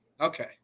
okay